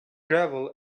gravel